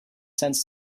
sense